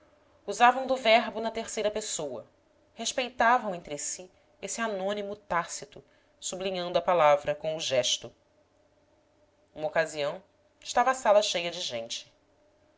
usavam do verbo na terceira pessoa respeitavam entre si esse anônimo tácito sublinhando a palavra com o gesto uma ocasião estava a sala cheia de gente